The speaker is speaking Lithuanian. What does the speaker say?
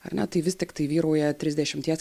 ar ne tai vis tiktai vyrauja trisdešimties